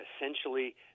essentially